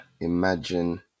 imagine